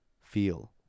feel